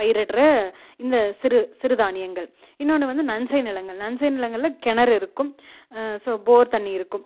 பயிரிடுற இந்த சிறு சிறுதானியங்கள் இன்னொன்னு வந்து நன்செய் நிலங்கள் நன்செய் நிலங்களில் கிணறு இருக்கும் ஸோ ஃபோர் தண்ணி இருக்கும்